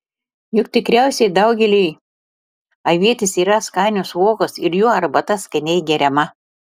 juk tikriausiai daugeliui avietės yra skanios uogos ir jų arbata skaniai geriama